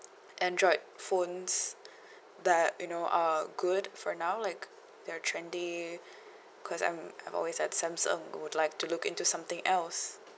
android phones that you know are good for now like they're trendy cause I'm I'm always at samsung would like to look into something else